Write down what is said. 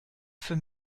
für